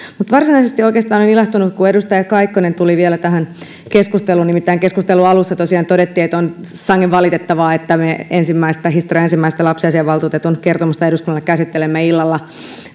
mutta varsinaisesti oikeastaan olen ilahtunut kun edustaja kaikkonen tuli vielä tähän keskusteluun nimittäin keskustelun alussa tosiaan todettiin että on sangen valitettavaa että me historian ensimmäistä lapsiasiainvaltuutetun kertomusta eduskunnalle käsittelemme illalla